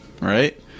right